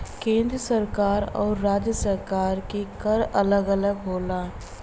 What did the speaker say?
केंद्र सरकार आउर राज्य सरकार के कर अलग अलग होला